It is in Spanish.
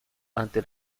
ante